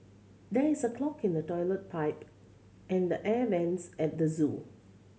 there is a clog in the toilet pipe and the air vents at the zoo